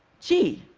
gee,